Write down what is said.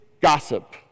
gossip